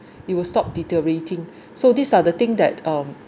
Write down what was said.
it will stop deteriorating so these are the thing that um